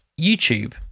YouTube